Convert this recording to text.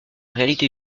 réalité